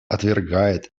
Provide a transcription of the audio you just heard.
отвергает